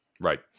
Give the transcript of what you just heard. Right